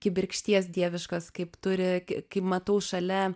kibirkšties dieviškos kaip turi kaip matau šalia